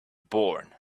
born